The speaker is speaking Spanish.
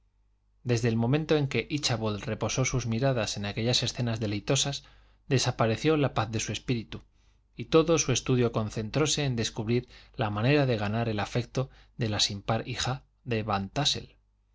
desde el momento en que íchabod reposó sus miradas en aquellas escenas deleitosas desapareció la paz de su espíritu y todo su estudio concentróse en descubrir la manera de ganar el afecto de la sin par hija de